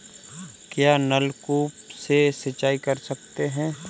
क्या नलकूप से सिंचाई कर सकते हैं?